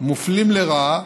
מופלים לרעה